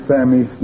Sammy